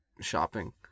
shopping